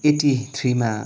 eighty थ्रीमा